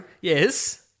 Yes